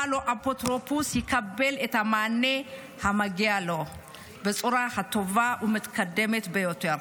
לו אפוטרופוס יקבל את המענה המגיע לו בצורה הטובה והמתקדמת ביותר.